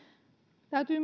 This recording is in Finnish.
täytyy